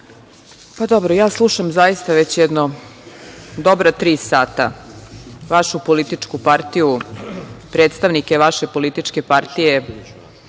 Dobro, ja slušam zaista već jedno dobra tri sata vašu političku partiju, predstavnike vaše političke partije